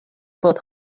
both